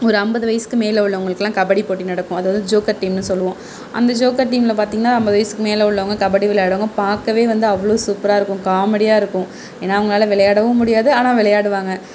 ஒரு அம்பது வயசுக்கு மேல் உள்ளவங்களுக்கெல்லாம் கபடி போட்டி நடக்கும் அதை வந்து ஜோக்கர் டீம்னு சொல்லுவோம் அந்த ஜோக்கர் டீமில் பார்த்திங்ன்னா அம்பது வயதுக்கு மேல் உள்ளவங்க கபடி விளையாடுவாங்க பார்க்கவே வந்து அவ்வளோ சூப்பராக இருக்கும் காமெடியாக இருக்கும் ஏன்னா அவங்களால விளையாடவும் முடியாது ஆனால் விளையாடுவாங்க